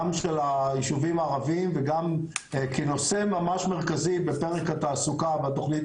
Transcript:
גם של היישובים הערביים וגם כנושא ממש מרכזי בפרק התעסוקה בתוכנית